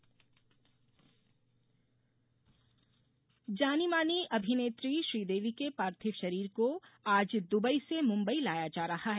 श्रीदेवी निधन जानी मानी अभिनेत्री श्रीदेवी के पार्थिव शरीर को आज दुबई से मुंबई लाया जा रहा है